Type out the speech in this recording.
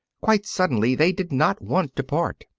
quite suddenly they did not want to part.